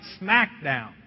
smackdown